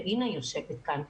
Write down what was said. ואינה יושבת כאן,